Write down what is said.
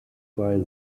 bei